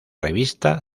revista